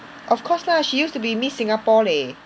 of course lah she used to be Miss Singapore leh